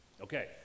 Okay